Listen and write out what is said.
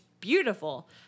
beautiful